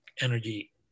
energy